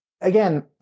again